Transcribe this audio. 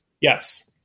Yes